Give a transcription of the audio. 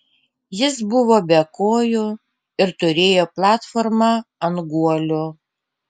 jis buvo be kojų ir turėjo platformą ant guolių